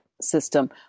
system